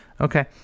Okay